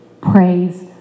Praise